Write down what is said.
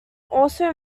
also